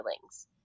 feelings